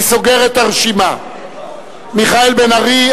אני סוגר את הרשימה: מיכאל בן-ארי,